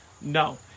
No